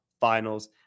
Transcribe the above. finals